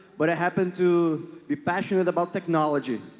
but i happened to be passionate about technology.